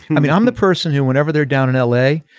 and i mean i'm the person who whenever they're down in l a.